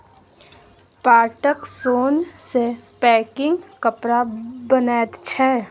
पाटक सोन सँ पैकिंग कपड़ा बनैत छै